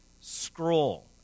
scroll